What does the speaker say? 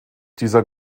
dieser